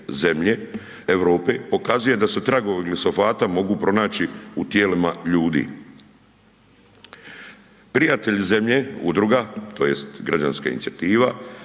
Zemlje, Europe, pokazuje da se tragovi glifosata mogu pronaći u tijelima ljudi. Prijatelji Zemlje, Udruga to jest građanska inicijativa,